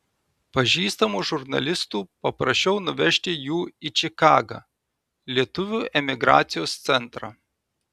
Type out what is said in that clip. pažįstamų žurnalistų paprašiau nuvežti jų į čikagą lietuvių emigracijos centrą